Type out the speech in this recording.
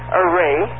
array